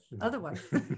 otherwise